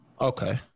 Okay